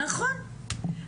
נכון,